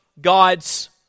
God's